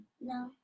No